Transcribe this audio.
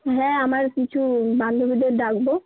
হ্যাঁ আমার কিছু বান্ধবীদের ডাকব